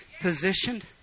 positioned